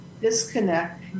disconnect